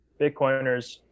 Bitcoiners